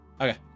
Okay